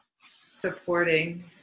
Supporting